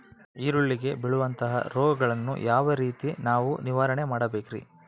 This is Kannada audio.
ಈರುಳ್ಳಿಗೆ ಬೇಳುವಂತಹ ರೋಗಗಳನ್ನು ಯಾವ ರೇತಿ ನಾವು ನಿವಾರಣೆ ಮಾಡಬೇಕ್ರಿ?